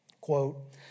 quote